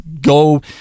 go